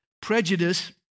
prejudice